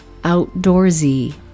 outdoorsy